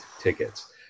tickets